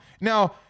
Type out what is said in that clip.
now